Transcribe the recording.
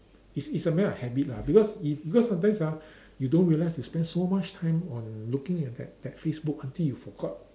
it's it's a matter of habit lah because it because sometimes ah you don't realise you spend so much time on looking at that that Facebook until you forgot